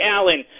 Allen